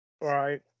Right